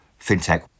fintech